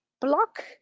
block